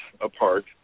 apart